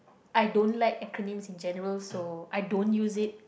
I don't like acronyms in general so I don't use it